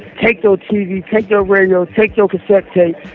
take your tv, take your radio, take your cassette tapes.